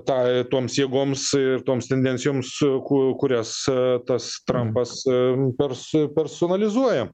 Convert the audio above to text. tai toms jėgoms ir toms tendencijoms su ku kurias e tas trampas e persu personalizuoja